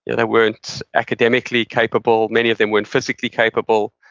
yeah they weren't academically capable. many of them weren't physically capable,